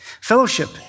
Fellowship